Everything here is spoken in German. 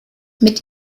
mit